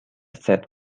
sad